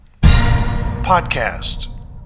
Podcast